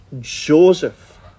Joseph